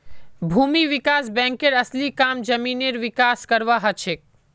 भूमि विकास बैंकेर असली काम जमीनेर विकास करवार हछेक